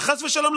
וחס ושלום,